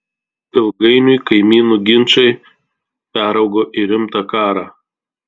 ilgainiui kaimynų ginčai peraugo į rimtą karą